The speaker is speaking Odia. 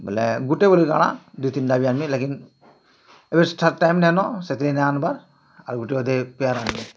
ବୋଇଲେ ଗୁଟେ ବୋଲି ତ ନା ଦି ତିନ୍ଟା ବି ଆନ୍ମି ଲେକିନ୍ ଏବେ ଟାଇମ୍ ନାଇଁନ ସେଥିପାଇଁ ନାଇଁ ଆନ୍ବାର୍ ଆଉ ଗୁଟେ ଅଧେ ପେୟାର୍ ଆନ୍ମି